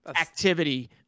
activity